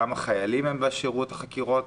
כמה חיילים בשירות החקירות,